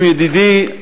עם ידידי,